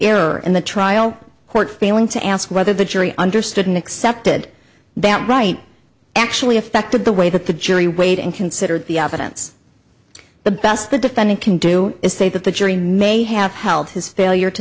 error in the trial court failing to ask whether the jury understood and accepted that right actually affected the way that the jury weighed and considered the evidence the best the defendant can do is say that the jury may have held his failure to